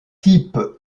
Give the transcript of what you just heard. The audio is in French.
type